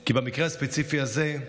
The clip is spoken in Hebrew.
כי במקרה הספציפי הזה,